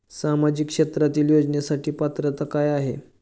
सामाजिक क्षेत्रांतील योजनेसाठी पात्रता काय आहे?